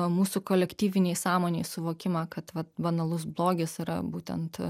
mūsų kolektyvinėj sąmonėj suvokimą kad vat banalus blogis yra būtent